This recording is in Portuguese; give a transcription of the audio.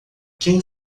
quem